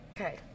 Okay